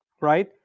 right